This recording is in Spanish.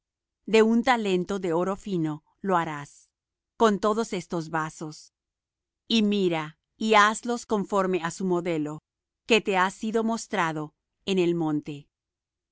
de un talento de oro fino lo harás con todos estos vasos y mira y hazlos conforme á su modelo que te ha sido mostrado en el monte